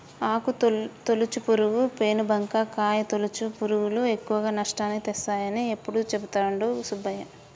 ఆకు తొలుచు పురుగు, పేను బంక, కాయ తొలుచు పురుగులు ఎక్కువ నష్టాన్ని తెస్తాయని ఎప్పుడు చెపుతాడు సుబ్బయ్య